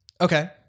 Okay